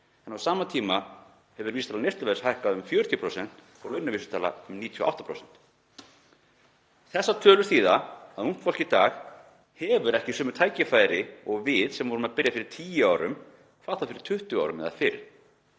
en á sama tíma hefur vísitala neysluverðs hækkað um 40% og launavísitala um 98%. Þessar tölur þýða að ungt fólk í dag hefur ekki sömu tækifæri og við sem vorum að byrja fyrir tíu árum, hvað þá fyrir 20 árum eða fyrr.